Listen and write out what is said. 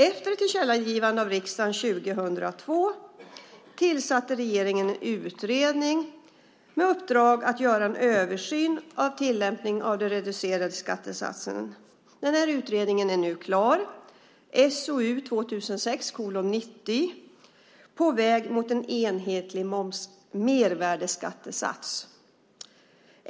Efter ett tillkännagivande från riksdagen 2002 tillsatte regeringen en utredning med uppdrag att göra en översyn av tillämpningen av den reducerade skattesatsen. Den utredningen är nu klar, På väg mot en enhetlig mervärdesskattesats, SOU 2006:90.